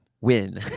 Win